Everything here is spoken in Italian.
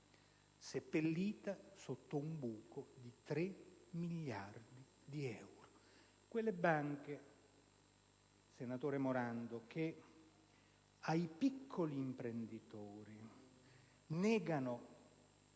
seppellita sotto un buco di 3 miliardi di euro. Si tratta di banche, senatore Morando, che ai piccoli imprenditori